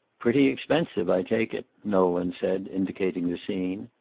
pretty expensive, i take it, nolan said, indicating the scene.